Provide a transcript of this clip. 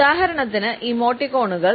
ഉദാഹരണത്തിന് ഇമോട്ടിക്കോണുകൾ